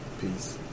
Peace